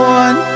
one